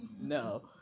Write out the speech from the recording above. no